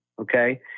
Okay